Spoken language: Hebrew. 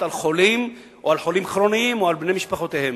על חולים או על חולים כרוניים או על בני משפחותיהם?